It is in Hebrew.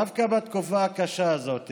דווקא בתקופה הקשה הזאת